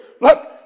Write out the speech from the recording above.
Look